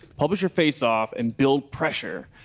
publish your face off and build pressure.